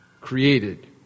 created